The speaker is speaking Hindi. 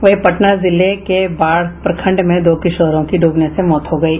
वहीं पटना जिले के बाढ़ प्रखंड में दो किशोरों की डूबने से मौत हो गयी